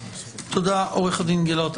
תודה, עורך הדין גלרט.